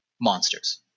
Monsters